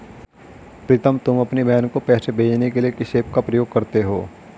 प्रीतम तुम अपनी बहन को पैसे भेजने के लिए किस ऐप का प्रयोग करते हो?